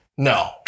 No